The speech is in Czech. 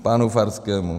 Panu Farskému.